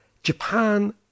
Japan